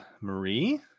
Marie